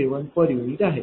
5454 0